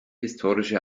historische